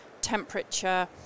temperature